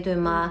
mm